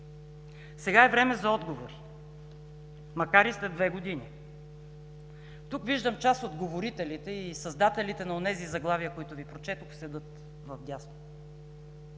сега е време за отговори, макар и след две години. Тук виждам част от говорителите и създателите на онези заглавия, които Ви прочетох – седят вдясно.